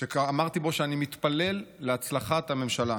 ואמרתי בו שאני מתפלל להצלחת הממשלה.